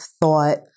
thought